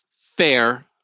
fair